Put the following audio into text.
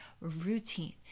routine